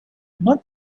not